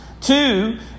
Two